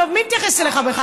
טוב, מי מתייחס אליך בכלל?